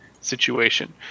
situation